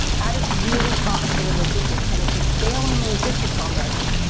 that is really complicated logistics. and if you fail in logistics on this,